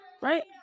right